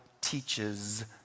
teaches